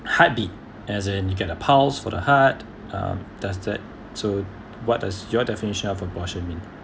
hardy as in you get a pulse for the heart um does that so what does your definition of abortion means